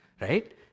right